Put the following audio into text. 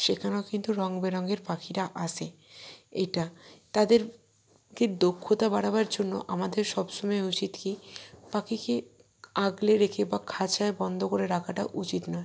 সেখানেও কিন্তু রংবেরঙের পাখিরা আসে এটা তাদেরকে দক্ষতা বাড়াবার জন্য আমাদের সব সময় উচিত কী পাখিকে আগলে রেখে বা খাঁচায় বন্ধ করে রাখাটা উচিত না